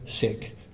sick